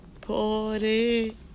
Party